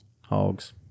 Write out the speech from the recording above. Hogs